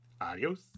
Adios